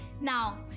Now